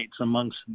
amongst